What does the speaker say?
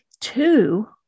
two